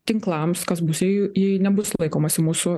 tinklams kas bus jei jų jei nebus laikomasi mūsų